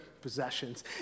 possessions